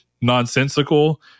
nonsensical